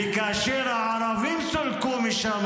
וכאשר הערבים סולקו משם,